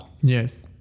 Yes